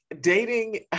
dating